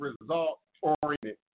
result-oriented